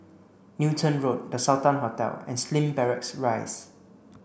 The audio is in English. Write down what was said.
Newton Road The Sultan Hotel and Slim Barracks Rise